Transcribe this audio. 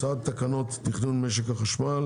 הצעת תקנות תכנון משק החשמל